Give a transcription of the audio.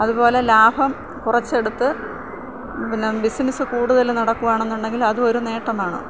അതുപോലെ ലാഭം കുറച്ച് എടുത്ത് പിന്ന ബിസിനസ് കൂടുതൽ നടക്കുകയാണ് എന്നുണ്ടെങ്കിൽ അതൊരു നേട്ടമാണ്